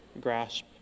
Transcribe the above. grasp